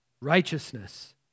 Righteousness